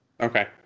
Okay